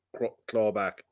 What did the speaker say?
clawback